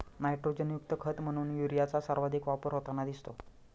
नायट्रोजनयुक्त खत म्हणून युरियाचा सर्वाधिक वापर होताना दिसतो